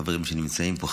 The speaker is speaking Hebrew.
החברים שנמצאים פה,